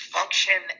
function